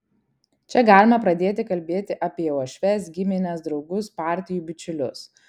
čia galima pradėti kalbėti apie uošves gimines draugus partijų bičiulius